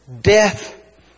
death